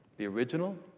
the original,